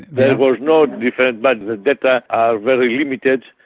there was no difference but the data are very limited,